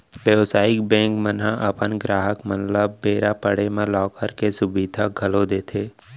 बेवसायिक बेंक मन ह अपन गराहक मन ल बेरा पड़े म लॉकर के सुबिधा घलौ देथे